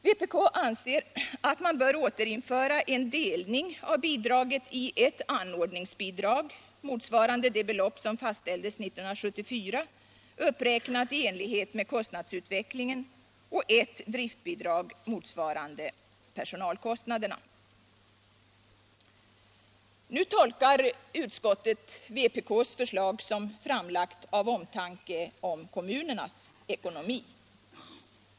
Vpk anser att man bör återinföra en delning av bidraget i ett anordningsbidrag, motsvarande det belopp som fastställdes 1974 uppräknat i enlighet med kostnadsutvecklingen, och ett driftbidrag motsvarande personalkostnaderna. Utskottet tolkar vpk:s förslag som framlagt av omtanke om kommunernas ekonomi.